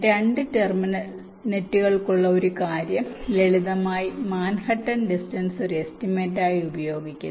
2 terminal നെറ്റുകൾക്കുള്ള ഒരു കാര്യം ലളിതമായ മാൻഹട്ടൻ ഡിസ്റ്റൻസ് ഒരു എസ്റ്റിമേറ്റായി ഉപയോഗിക്കുന്നു